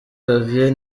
xavier